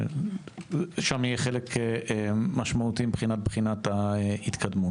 יהיה שם חלק משמעותי מבחינת בחינת ההתקדמות.